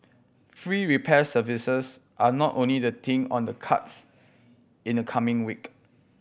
free repair services are not only the thing on the cards in the coming week